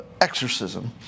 exorcism